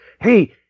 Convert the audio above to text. hey